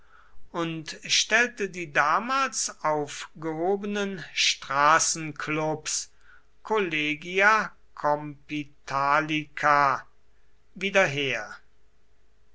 und stellte die damals aufgehobenen straßenklubs collegia compitalicia wieder her